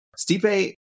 stipe